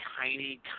tiny